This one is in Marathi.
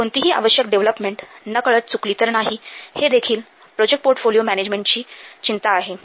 कोणतीही आवश्यक डेव्हलपमेंट नकळत चुकली तर नाही हे देखील प्रोजेक्ट पोर्टफोलिओ मॅनॅजमेन्टची चिंता आहे